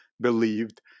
believed